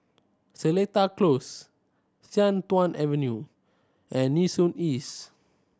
Seletar Close Sian Tuan Avenue and Nee Soon East